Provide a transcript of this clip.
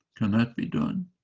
can that be done?